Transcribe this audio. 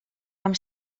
amb